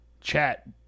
chat